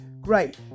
Great